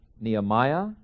Nehemiah